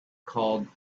called